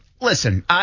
listen